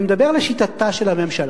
אני מדבר לשיטתה של הממשלה.